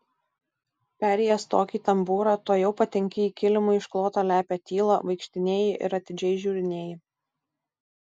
perėjęs tokį tambūrą tuojau patenki į kilimu išklotą lepią tylą vaikštinėji ir atidžiai žiūrinėji